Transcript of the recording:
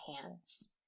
hands